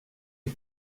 est